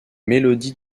mélodies